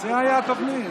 זו הייתה התוכנית.